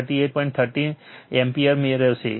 13 ampere મેળવશે